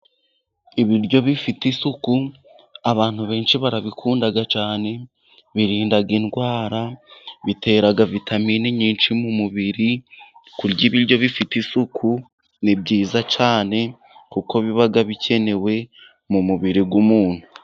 Ibiryo bifite isuku abantu benshi barabikunda cyane, birinda indwara, bitera vitamini nyinshi mu mubiri, kurya ibiryo bifite isuku ni byiza cyane kuko biba bikenewe mu mubiri w'umuntu.